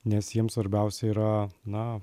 nes jiems svarbiausia yra na